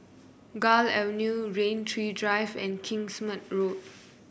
Gul Avenue Rain Tree Drive and Kingsmead Road